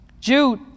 Jude